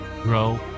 grow